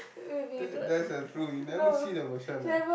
that's that's the truth you never see that version ah